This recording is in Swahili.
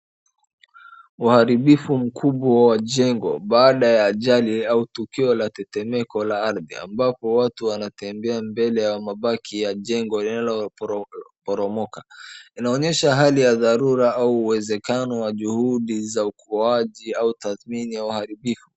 Uharibifu mkubwa wa jengo baada ya ajali au tukio la tetemeko la ardhi ambapo watu wanatembea mbele ya mabaki ya jengo lililoporomoka. Inaonyesha hali ya dharura au uwezekano wa juhudi za ukuaji au tathmini ya uharibifu.